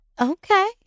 Okay